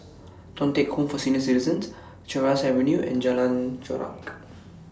Thong Teck Home For Senior Citizens Sheares Avenue and Jalan Chorak